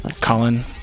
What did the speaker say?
Colin